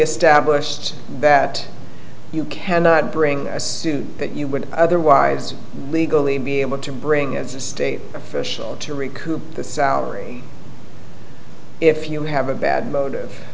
established that you cannot bring a suit that you would otherwise legally be able to bring as a state official to recoup the salary if you have a bad